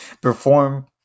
perform